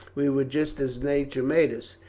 we were just as nature made us,